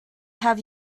have